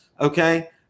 okay